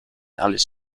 alice